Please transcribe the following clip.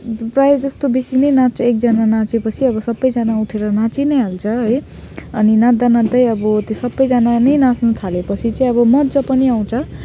प्रायःजस्तो बेसी नै नाच्छ एकजना नाचेपछि अब सबैजना उठेर नाची नै हाल्छ है अनि नाच्दा नाच्दै अब त्यो सबैजना नै नाच्न थालेपछि चाहिँ अब मजा पनि आउँछ